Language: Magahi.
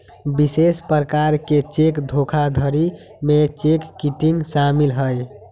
विशेष प्रकार के चेक धोखाधड़ी में चेक किटिंग शामिल हइ